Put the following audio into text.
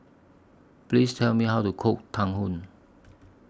Please Tell Me How to Cook Tang Yuen